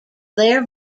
their